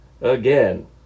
again